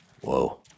whoa